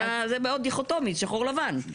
אתה, זה מאוד דיכוטומי, שחור לבן.